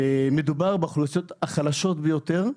מדובר באוכלוסיות החלשות ביותר.